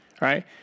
right